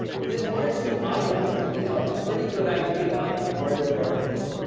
within one or two items, we have a pretty good idea of where they're located.